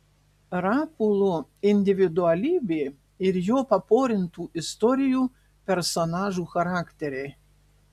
rapolo individualybė ir jo paporintų istorijų personažų charakteriai